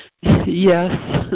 Yes